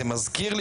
זה מזכיר לי